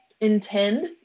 intend